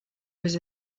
was